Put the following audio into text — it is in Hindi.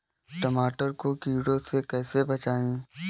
टमाटर को कीड़ों से कैसे बचाएँ?